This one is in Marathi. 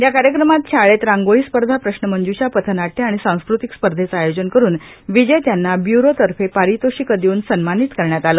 या कार्यक्रमांतर्गत शाळेत रांगोळी स्पर्धाए प्रश्न मंज्षाए पथनाट्य आणि सांस्कृतिक स्पर्धेचं आयोजन करून विजेत्यांना ब्युरोतर्फे पारितोषिकं देऊन सन्मानित करण्यात आलं